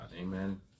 Amen